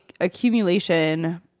accumulation